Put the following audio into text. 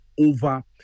over